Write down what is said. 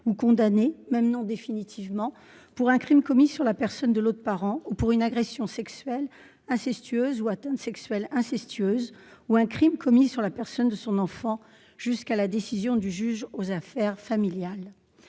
ou condamné, même non définitivement, que ce soit pour un crime commis sur la personne de l'autre parent, pour une agression sexuelle incestueuse, pour une atteinte sexuelle incestueuse, ou encore pour un crime commis sur la personne de son enfant, et ce jusqu'à la décision du juge aux affaires familiales.